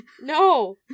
No